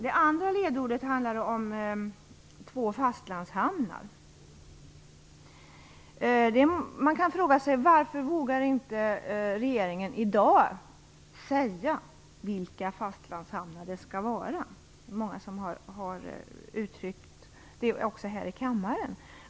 Det andra ledordet handlar om två fastlandshamnar. Man kan fråga sig varför regeringen i dag inte vågar säga vilka fastlandshamnar det skall vara. Många har uttryckt det här i kammaren.